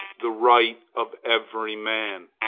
the right of every man.